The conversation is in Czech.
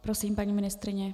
Prosím, paní ministryně.